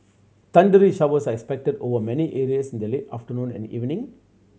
thundery showers are expected over many areas in the late afternoon and evening